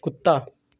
कुत्ता